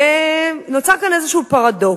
ונוצר כאן איזה פרדוקס,